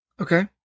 Okay